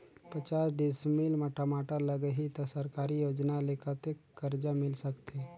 पचास डिसमिल मा टमाटर लगही त सरकारी योजना ले कतेक कर्जा मिल सकथे?